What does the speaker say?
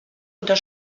unter